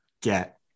get